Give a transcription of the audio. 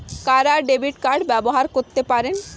কারা debit card ব্যবহার করতে পারেন?